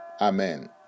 Amen